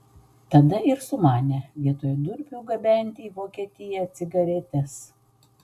tada ir sumanė vietoj durpių gabenti į vokietiją cigaretes